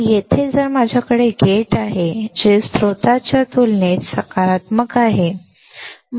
तर येथे जर माझ्याकडे गेट आहे जे स्त्रोताच्या तुलनेत सकारात्मक आहे